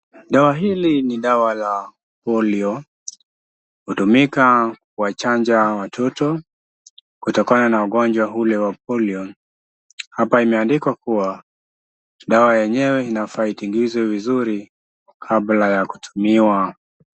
Dawa hili ni dawa la polio . Hutumika kuwachanja watoto kutokana na ugonjwa ule wa polio . Hapa imeandikwa kuwa dawa yenyewe inafaa itingizwe vizuri kabla ya kutumia.